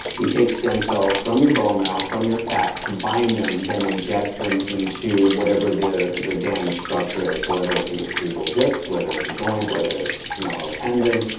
we take stem cells from your bone marrow, from your fat, combine them then inject them into whatever the the damaged structure is. so whether it's intervertebral discs whether it's a joint, whether it's you know a tendon,